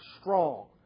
strong